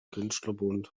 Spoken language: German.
künstlerbund